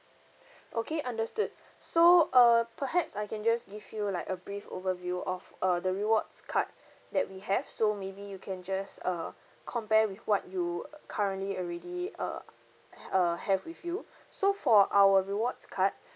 okay understood so uh perhaps I can just give you like a brief overview of uh the rewards card that we have so maybe you can just uh compare with what you currently already uh ha~ uh have with you so for our rewards card